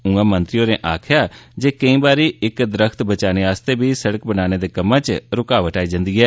उंआं मंत्री होरें आक्खेया जे केंई बारी इक दरख्त बचाने आस्तै सडक बनाने दे कम्मै च रूकावट आई जंदी ऐ